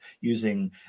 using